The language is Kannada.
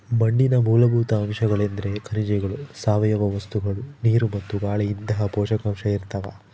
ಮಣ್ಣಿನ ಮೂಲಭೂತ ಅಂಶಗಳೆಂದ್ರೆ ಖನಿಜಗಳು ಸಾವಯವ ವಸ್ತುಗಳು ನೀರು ಮತ್ತು ಗಾಳಿಇಂತಹ ಪೋಷಕಾಂಶ ಇರ್ತಾವ